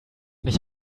nicht